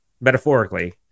metaphorically